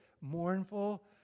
mournful